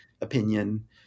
opinion